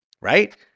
right